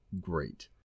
Great